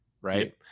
right